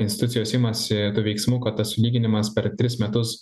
institucijos imasi veiksmų kad tas lyginimas per tris metus